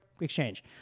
exchange